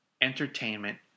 entertainment